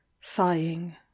sighing